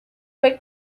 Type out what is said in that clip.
fue